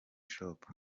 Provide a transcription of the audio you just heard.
shop